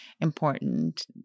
important